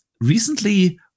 recently